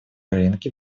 рынке